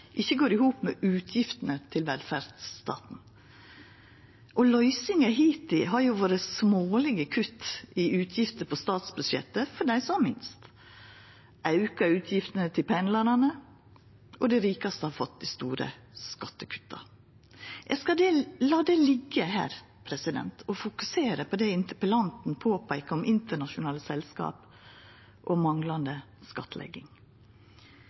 ikkje går i hop med utgiftene til velferdsstaten. Løysinga hittil har vore smålege kutt i utgifter på statsbudsjettet til dei som har minst – ein har auka utgiftene for pendlarane, og dei rikaste har fått dei store skattekutta. Eg skal la det liggja no og fokusera på det interpellanten peikar på om internasjonale selskap og manglande skattlegging.